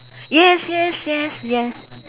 yes yes yes yeah